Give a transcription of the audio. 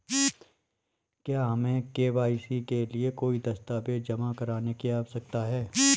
क्या हमें के.वाई.सी के लिए कोई दस्तावेज़ जमा करने की आवश्यकता है?